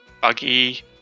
buggy